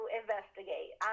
investigate